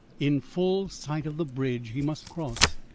in full sight of the bridge he must cross,